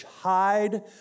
hide